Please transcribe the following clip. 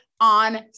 on